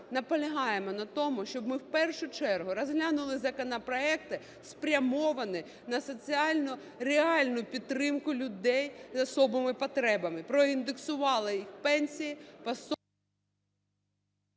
наполягаємо на тому, щоб ми в першу чергу розглянули законопроекти, спрямовані на соціальну реальну підтримку людей з особливими потребами, проіндексували їх пенсії… Веде